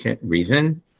reason